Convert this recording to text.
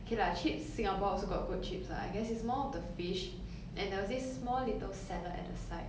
K lah chips singapore also got good chips ah I guess it's more of the fish and there was this small little salad at the side